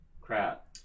Crap